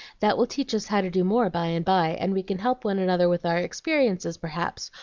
that will teach us how to do more by and by, and we can help one another with our experiences, perhaps,